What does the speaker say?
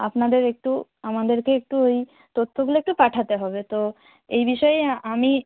আপনাদের একটু আমাদেরকে একটু ওই তথ্যগুলো একটু পাঠাতে হবে তো এই বিষয়েই আমি